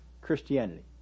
Christianity